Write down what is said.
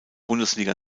bundesliga